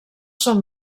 són